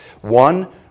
One